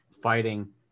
fighting